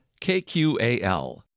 KQAL